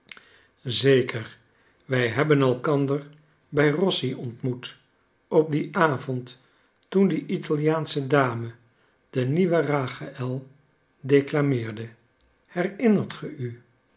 zeker wij hebben elkander bij rossi ontmoet op dien avond toen die italiaansche dame de nieuwe rachel declameerde herinnert ge u